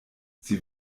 sie